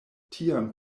tiam